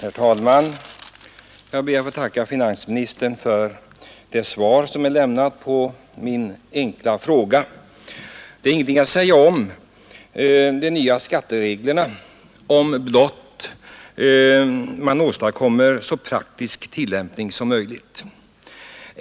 Herr talman! Jag ber att få tacka finansministern för det svar som är lämnat på min enkla fråga. Det är ingenting att säga om de nya skattereglerna, om blott man åstadkommer en så praktisk tillämpning av dem som möjligt.